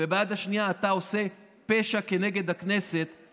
וביד השנייה אתה עושה פשע כנגד הכנסת,